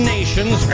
Nations